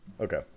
Okay